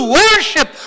worship